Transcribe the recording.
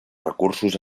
recursos